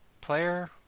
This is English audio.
player